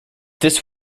this